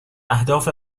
اهداف